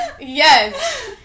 Yes